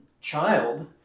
child